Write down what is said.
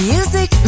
Music